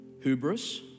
hubris